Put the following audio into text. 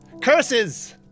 curses